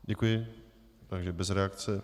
Děkuji, takže bez reakce.